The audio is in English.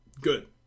good